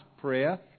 prayer